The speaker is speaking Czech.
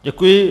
Děkuji.